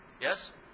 Yes